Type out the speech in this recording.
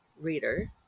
reader